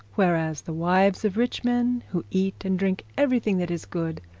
whereas the wives of rich men, who eat and drink everything that is good,